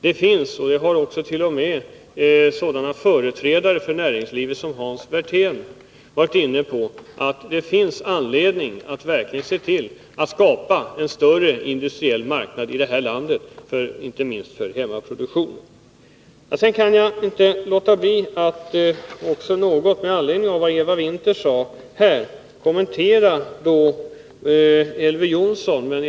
Det finns, det har t.o.m. sådana företrädare för näringslivet som Hans Werthén varit inne på, anledning att skapa en större industriell marknad i det här landet, inte minst för hemmaproduktionen. Jag kan inte låta bli att, med anledning av vad Eva Winther sade, något kommentera Elver Jonssons anförande.